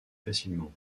facilement